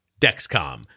Dexcom